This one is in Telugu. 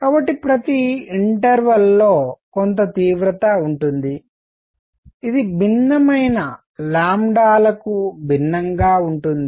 కాబట్టి ప్రతి ఇంటర్వల్లో కొంత తీవ్రత ఉంటుంది ఇది భిన్నమైన లకు భిన్నంగా ఉంటుంది